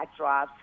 backdrops